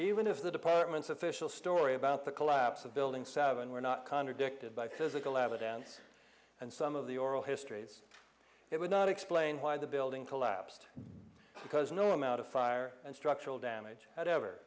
even if the department's official story about the collapse of building seven were not contradicted by physical evidence and some of the oral histories it would not explain why the building collapsed because no amount of fire and structural damage had ever